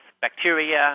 bacteria